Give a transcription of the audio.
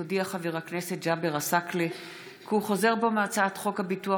חבר הכנסת ג'אבר עסאקלה הודיע כי